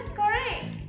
correct